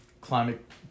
climate